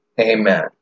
amen